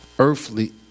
earthly